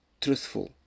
truthful